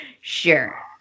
Sure